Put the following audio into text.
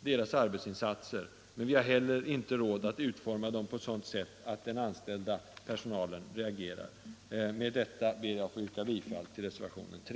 deras arbetsinsatser, — m.m. men vi har heller inte råd att utforma dessa på ett sådant sätt att den anställda personalen reagerar negativt. Med detta ber jag att få yrka bifall till reservationen 3.